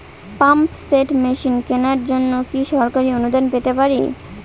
Pump set machine কেনার জন্য কি সরকারি অনুদান পেতে পারি?